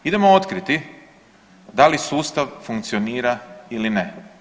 Idemo otkriti da li sustav funkcionira ili ne.